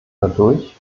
dadurch